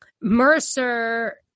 Mercer